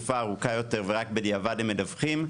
ורק בדיעבד הם מדווחים.